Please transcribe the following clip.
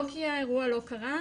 לא כי האירוע לא קרה,